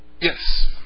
Yes